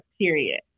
period